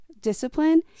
discipline